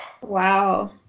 Wow